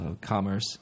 commerce